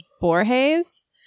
borges